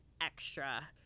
extra